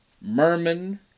merman